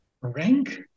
rank